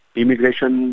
immigration